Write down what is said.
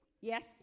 Yes